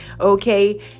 Okay